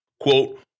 Quote